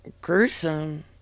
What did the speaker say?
gruesome